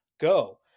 go